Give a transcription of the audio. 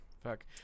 fuck